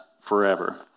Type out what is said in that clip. forever